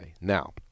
Now